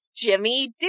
Jimmy